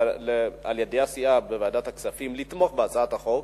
על-ידי הסיעה בוועדת הכספים לתמוך בהצעת החוק,